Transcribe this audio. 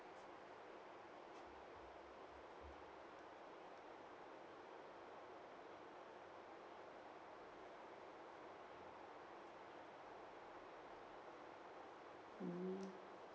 mm